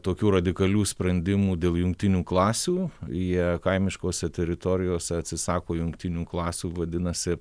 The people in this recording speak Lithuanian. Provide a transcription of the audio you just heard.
tokių radikalių sprendimų dėl jungtinių klasių jie kaimiškose teritorijose atsisako jungtinių klasių vadinasi